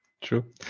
True